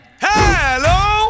Hello